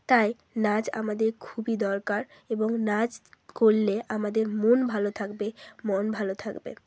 তাই নাচ আমাদের খুবই দরকার এবং নাচ করলে আমাদের মন ভালো থাকবে মন ভালো থাকবে